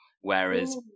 Whereas